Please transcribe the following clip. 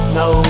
no